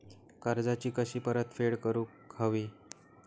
कर्जाची कशी परतफेड करूक हवी?